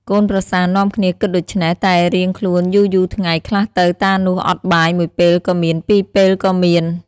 កូនប្រសានាំគ្នាគិតដូច្នេះតែរៀងខ្លួនយូរៗថ្ងៃខ្លះទៅតានោះអត់បាយ ១ពេលក៏មាន ២ពេល ក៏មាន។